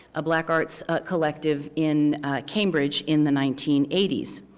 a black arts collective in cambridge in the nineteen eighty s.